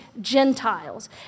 Gentiles